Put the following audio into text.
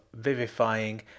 vivifying